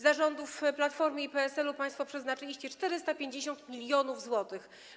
Za rządów Platformy i PSL-u państwo przeznaczyliście 450 mln zł.